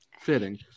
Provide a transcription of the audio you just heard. Fitting